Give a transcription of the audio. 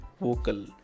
Vocal